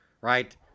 right